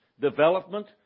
development